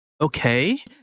okay